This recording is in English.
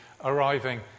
arriving